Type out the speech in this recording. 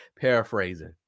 paraphrasing